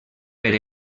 per